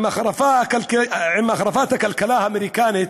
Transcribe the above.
עם החרפת מצב הכלכלה האמריקנית,